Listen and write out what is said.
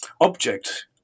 object